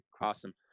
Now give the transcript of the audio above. awesome